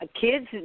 kids